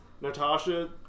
Natasha